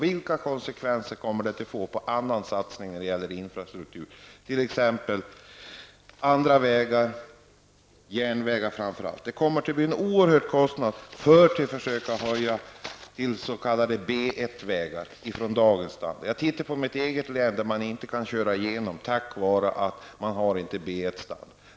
Vilka konsekvenser kommer det att få för andra infrastruktursatsningar, framför allt satsning på järnvägar? Det kommer att medföra oerhörda kostnader att försöka höja vägstandarden från dagens nivå till s.k. B1-vägar. Mitt eget län kan man inte köra igenom på grund av att vägarna inte håller B1 standard.